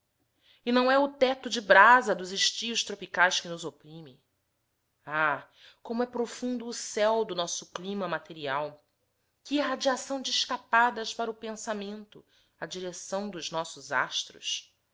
e não é o teto de brasa dos estios tropicais que nos oprime ah como é profundo o céu do nosso clima material que irradiação de escapadas para o pensamento a direção dos nossos astros